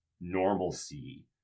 normalcy